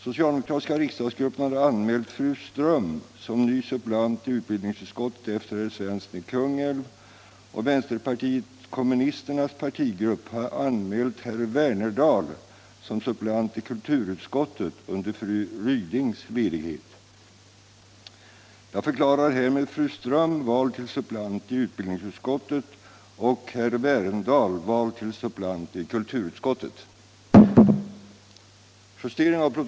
Socialdemokratiska riksdagsgruppen har anmält fru Ström som ny suppleant i utbildningsutskottet efter herr Svensson i Kungälv och vänsterpartiet kommunisternas partigrupp har anmält herr Wernerdal som suppleant i kulturutskottet under fru Rydings ledighet. Jag förklarar härmed fru Ström vald till suppleant i utbildningsutskottet och herr Wernerdal vald till suppleant i kulturutskottet.